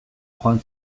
joan